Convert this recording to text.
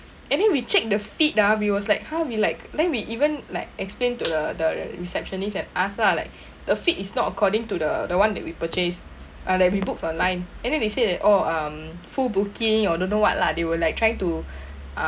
and then we check the feed ah we was like ha we like then we even like explain to the the receptionist and ask lah like the fit is not according to the the one that we purchase uh that we books online and then they say oh um full booking or don't know what lah they were like trying to uh